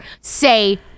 Say